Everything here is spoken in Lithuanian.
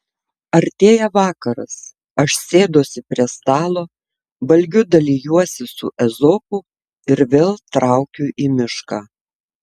artėja vakaras aš sėduosi prie stalo valgiu dalijuosi su ezopu ir vėl traukiu į mišką